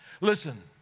Listen